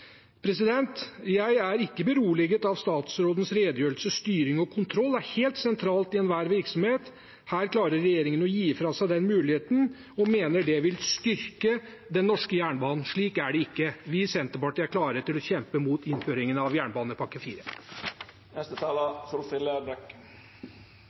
Jeg er ikke beroliget av statsrådens redegjørelse. Styring og kontroll er helt sentralt i enhver virksomhet. Her klarer regjeringen å gi fra seg den muligheten og mener det vil styrke den norske jernbanen. Slik er det ikke. Vi i Senterpartiet er klare til å kjempe mot innføringen av jernbanepakke